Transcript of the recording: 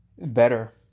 better